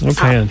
Okay